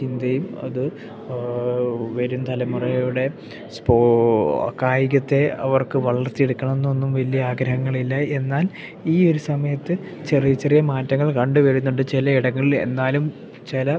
ചിന്തയും അത് വെറും തലമുറയുടെ കായികത്തെ അവർക്ക് വളർത്തിയെടുക്കണമെന്നൊന്നും വലിയ ആഗ്രഹങ്ങളില്ല എന്നാൽ ഈ ഒരു സമയത്ത് ചെറിയ ചെറിയ മാറ്റങ്ങൾ കണ്ടു വരുന്നുണ്ട് ചിലയിടങ്ങളിൽ എന്നാലും ചില